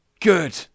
good